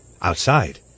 Outside